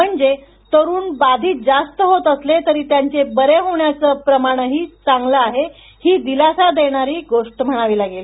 म्हणजे तरूण बाधित जास्त होत असले तरी त्यांचे बरे होण्याचे प्रमाणही चांगले आहे ही दिलासा देणारी गोष्ट म्हणावी लागेल